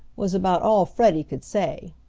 was about all freddie could say.